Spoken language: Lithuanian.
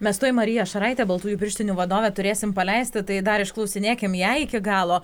mes tuoj mariją šaraitę baltųjų pirštinių vadovę turėsim paleisti tai dar išklausinėkim ją iki galo